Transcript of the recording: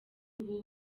ubu